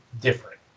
different